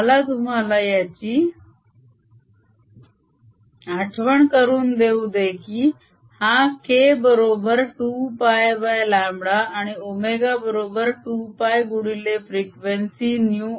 मला तुम्हाला याची आठवण करून देऊ दे की हा k बरोबर 2πλ आणि ω बरोबर 2π गुणिले फ़्रिक़्वेन्सि υ